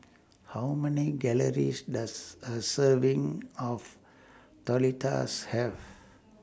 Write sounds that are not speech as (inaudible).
How Many Calories Does A Serving of (unintelligible) Have